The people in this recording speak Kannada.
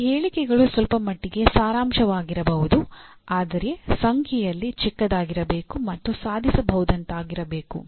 ಈ ಹೇಳಿಕೆಗಳು ಸ್ವಲ್ಪ ಮಟ್ಟಿಗೆ ಸಾರಾಂಶವಾಗಿರಬಹುದು ಆದರೆ ಸಂಖ್ಯೆಯಲ್ಲಿ ಚಿಕ್ಕದಾಗಿರಬೇಕು ಮತ್ತು ಸಾಧಿಸಬಹುದಾದಂತಿರಬೇಕು